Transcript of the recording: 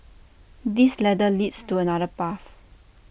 this ladder leads to another path